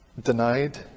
denied